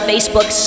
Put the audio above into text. Facebook